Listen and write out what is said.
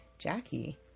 Jackie